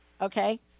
Okay